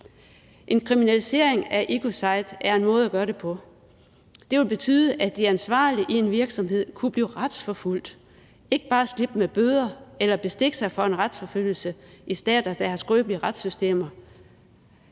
En kriminalisering af ecocide er en måde at gøre det på. Det ville betyde, at de ansvarlige i en virksomhed kunne blive retsforfulgt og ikke bare slippe med bøder eller bestikke sig fra en retsforfølgelse i stater, der har skrøbelige retssystemer;